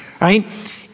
right